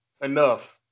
enough